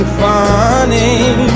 funny